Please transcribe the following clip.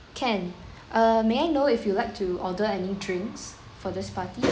can err may I know if you'll like to order any drinks for this party